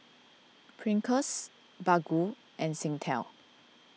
Pringles Baggu and Singtel